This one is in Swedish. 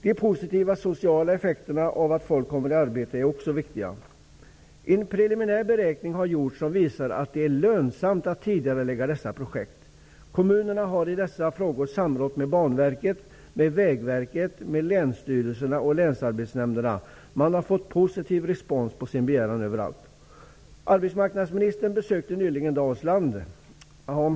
De positiva sociala effekterna av att folk kommer i arbete är också viktiga. En preliminär beräkning har gjorts. Den visar att det är lönsamt att tidigarelägga dessa projekt. Kommunerna har i dessa frågor samrått med Banverket, Vägverket, länsstyrelserna och länsarbetsnämnderna. Man har fått positiv respons på sin begäran överallt. Arbetsmarknadsministern besökte nyligen Dalsland.